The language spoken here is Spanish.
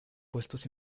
puestos